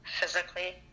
physically